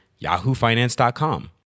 YahooFinance.com